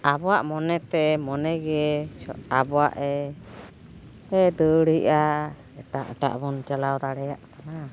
ᱟᱵᱚᱣᱟᱜ ᱢᱚᱱᱮᱛᱮ ᱢᱚᱱᱮᱜᱮ ᱟᱵᱚᱣᱟᱜᱼᱮ ᱫᱟᱹᱲᱮᱜᱼᱟ ᱮᱴᱟᱜ ᱮᱴᱟᱜ ᱵᱚᱱ ᱪᱟᱞᱟᱣ ᱫᱟᱲᱮᱭᱟᱜ ᱠᱟᱱᱟ